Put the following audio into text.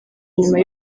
inyuma